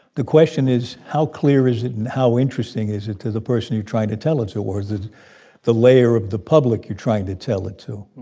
the question is how clear is it and how interesting is it to the person you're trying to tell it to or is it the layer of the public you're trying to tell it to?